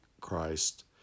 Christ